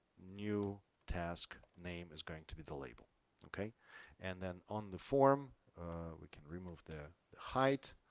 new task name is going to be the label okay and then on the form we can remove the height